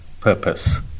purpose